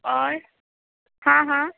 और हाँ हाँ